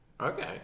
Okay